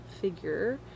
figure